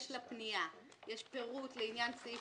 בעמוד 5 לפנייה יש פירוט לעניין סעיף